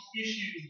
issues